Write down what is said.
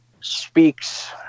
speaks